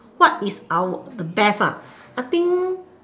what is our the best ah I think